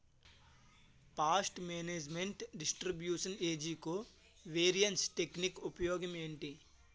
paste management distribution ఏజ్జి covariance technique ఉపయోగం ఏంటి